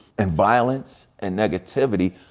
and violence, and negativity.